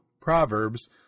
Proverbs